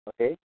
okay